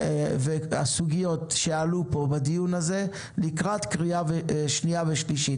והסוגיות שעלו פה בדיון הזה לקראת קריאה שנייה ושלישית.